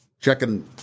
checking